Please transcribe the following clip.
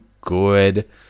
good